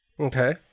okay